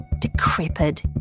decrepit